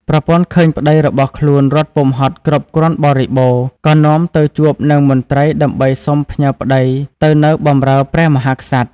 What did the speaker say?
ប្រពន្ធឃើញប្តីរបស់ខ្លួនរត់ពុំហត់គ្រប់គ្រាន់បរិបូរ ក៏នាំទៅជួបនឹងមន្ត្រីដើម្បីសុំផ្ញើប្តីទៅនៅបម្រើព្រះមហាក្សត្រ។